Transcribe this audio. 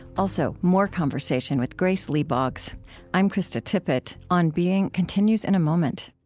also, more conversation with grace lee boggs i'm krista tippett. on being continues in a moment